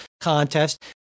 contest